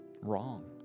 wrong